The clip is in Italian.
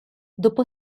dopo